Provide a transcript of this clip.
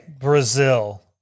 Brazil